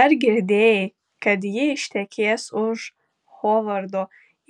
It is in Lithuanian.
ar girdėjai kad ji ištekės už hovardo